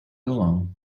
along